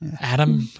Adam